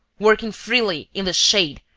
working freely, in the shade,